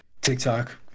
TikTok